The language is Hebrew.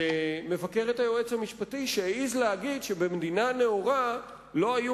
שמבקר את היועץ המשפטי שהעז להגיד שבמדינה נאורה לא היו